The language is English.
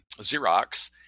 Xerox